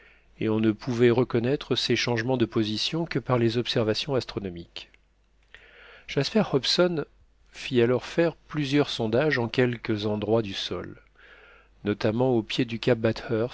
et on ne pouvait reconnaître ces changements de position que par les observations astronomiques jasper hobson fit alors faire plusieurs sondages en quelques endroits du sol notamment au pied du cap